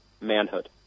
manhood